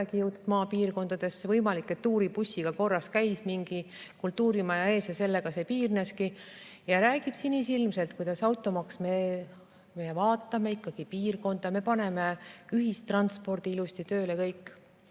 maapiirkondadesse. Võimalik, et tuuribussiga korraks käidi mingi kultuurimaja ees ja sellega see piirneski. Nüüd ta räägib sinisilmselt automaksust, et me vaatame ikkagi piirkonda, me paneme ühistranspordi ilusti tööle ja kõik.